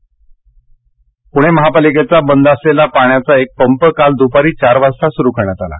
पुणेपाणी पुणे महापालिकेचा बंद असलेला पाण्याचा एक पंप काल दुपारी चार वाजता सुरु करण्यात आला